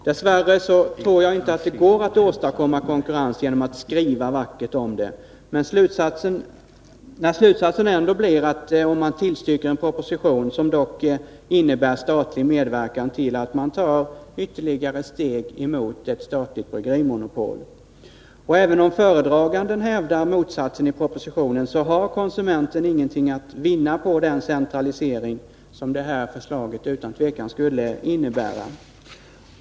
Dess värre tror jag inte att det går att åstadkomma konkurrens genom att skriva vackert om det, när slutsatsen ändå blir ett tillstyrkande av den proposition som innebär en statlig medverkan till att man tar ytterligare steg mot ett statligt bryggerimonopol. Även om föredraganden hävdar motsatsen i propositionen, har konsumenten ingenting att vinna på den centralisering som detta förslag utan tvivel skulle innebära.